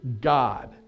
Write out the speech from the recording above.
God